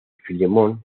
filemón